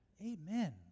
Amen